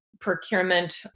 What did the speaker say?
procurement